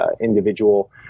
individual